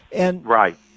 Right